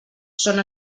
són